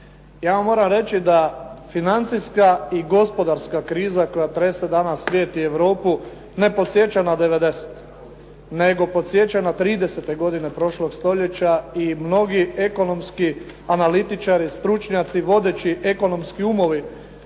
Ja vam moram reći da financijska i gospodarska kriza koja trese danas svijet i Europu ne podsjeća na '90.-te, nego podsjeća na 30 godine prošlog stoljeća i mnogi ekonomski analitičari, stručnjaci, vodeći ekonomski umovi